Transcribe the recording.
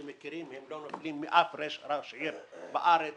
שלא נופלים מכל ראש עיר בארץ